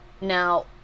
Now